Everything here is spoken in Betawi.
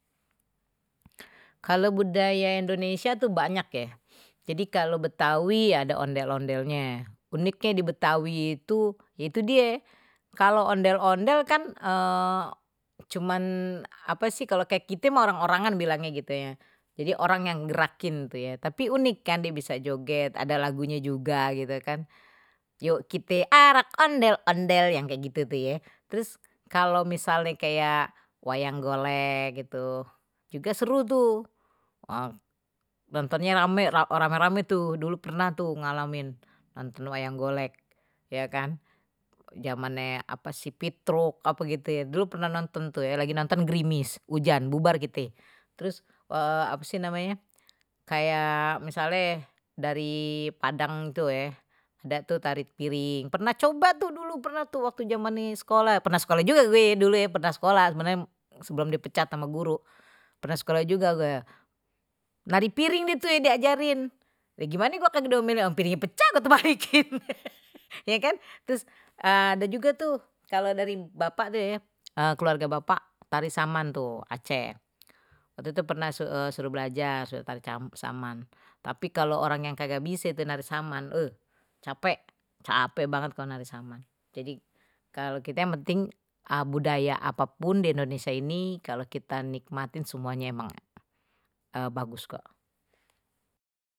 Kalo budaya indonesia tuh banyak ye, jadi kalo betawi ada ondel-ondelnye, uniknye di betawi itu itu dia kalau ondel-ondel kan cuman apa sih kalau kayak kite orang-orangan bilangnya gitu ya jadi orang yang gerakin tuh ya tapi unik kan die bisa joget ada lagunya juga gitu kan yuk kite arak ondel-ondel yang kayak gitu tuh ye terus kalau misalnye kayak wayang golek gitu juga seru tuh nontonnya rame rame-rame itu dulu pernah tuh ngalamin wayang golek ya kan zamannya apa si pitruk ape gitu pernah nonton tuh lagi nonton gerimis hujan bubar gitu terus apa sih namanya kayak misalnye dari padang itu ya udah tuh tari piring pernah coba tuh dulu pernah tuh waktu zamannye di sekolah pernah sekolah juga gue dulu pernah sekolah sebenarnya sebelum dipecat sama guru pernah sekolah juga gue nari piring deh tu ye diajarin ya gimana gua ga diomelin orang piringnye pecah gw tebalikin ya kan ada juga tuh kalau dari bapak tuh keluarga bapak tari saman tuh aceh waktu itu pernah suruh belajar suruh tari saman tapi kalau orang yang kagak bise nari saman capek capek banget kalau dari sana jadi kalau kita yang penting budaya apapun di indonesia ini kalau kita nikmatin semuanya emang bagus kok.